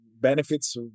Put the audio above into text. benefits